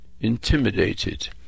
Intimidated